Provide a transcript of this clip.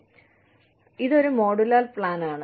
അതിനാൽ ഇതൊരു modular plan ആണ്